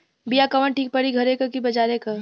बिया कवन ठीक परी घरे क की बजारे क?